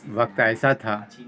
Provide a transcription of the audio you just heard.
وقت ایسا تھا